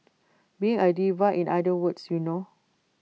being A diva in other words you know